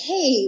Hey